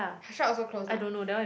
her shop also close ah